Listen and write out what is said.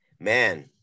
Man